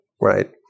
Right